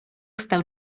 stał